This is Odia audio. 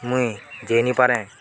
ମୁଇଁ ଜାଇ ନାଇଁ ପାରେ